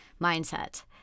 mindset